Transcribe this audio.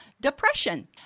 depression